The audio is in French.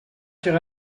sur